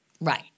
Right